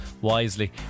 wisely